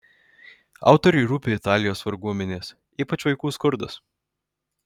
autoriui rūpi italijos varguomenės ypač vaikų skurdas